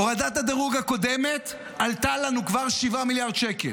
הורדת הדירוג הקודמת עלתה לנו כבר 7 מיליארד שקל.